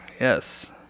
yes